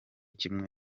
kimwe